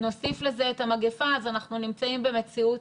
נוסיף לזה את המגפה אז אנחנו נמצאים במציאות